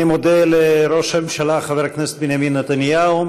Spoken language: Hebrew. אני מודה לראש הממשלה חבר הכנסת בנימין נתניהו,